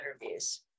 interviews